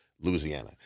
Louisiana